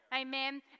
amen